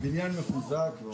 לא צריך לחזק.